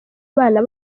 abana